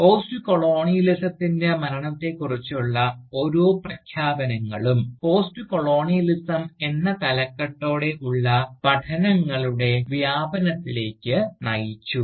പോസ്റ്റ്കൊളോണിയലിസത്തിൻറെ മരണത്തെക്കുറിച്ചുള്ള ഓരോ പ്രഖ്യാപനങ്ങളും പോസ്റ്റ്കൊളോണിയലിസം എന്ന തലക്കെട്ടോടെ ഉള്ള പഠനങ്ങളുടെ വ്യാപനത്തിലേക്ക് നയിച്ചു